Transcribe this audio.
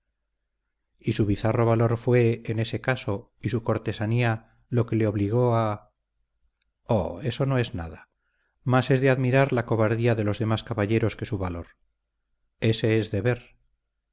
y su bizarro valor fue en ese caso y su cortesanía lo que le obligó a oh eso no es nada más es de admirar la cobardía de los demás caballeros que su valor ése es deber